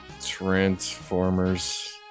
Transformers